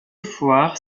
foires